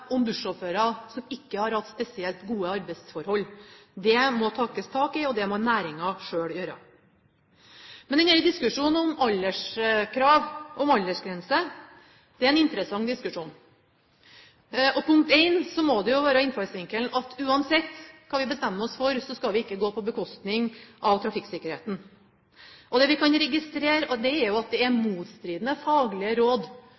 om bussjåfører som ikke har hatt spesielt gode arbeidsforhold. Det må det tas tak i, og det må næringen selv gjøre. Men diskusjonen om alderskrav og aldersgrense er en interessant diskusjon. Punkt én: Innfallsvinkelen må jo være at uansett hva vi bestemmer oss for, skal det ikke gå på bekostning av trafikksikkerheten. Det vi kan registrere, er jo at det er motstridende faglige råd